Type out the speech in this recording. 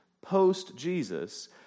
post-Jesus